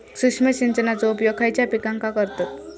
सूक्ष्म सिंचनाचो उपयोग खयच्या पिकांका करतत?